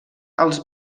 els